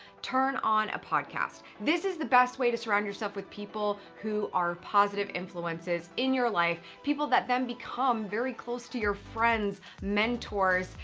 turn on a podcast. this is the best way to surround yourself with people who are positive influences in your life, people that then become very close to your friends, mentors,